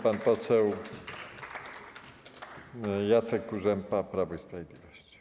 Pan poseł Jacek Kurzępa, Prawo i Sprawiedliwość.